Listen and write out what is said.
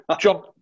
John